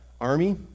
army